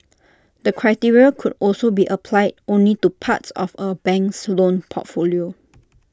the criteria could also be applied only to parts of A bank's loan portfolio